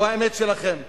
זו האמת שלכם.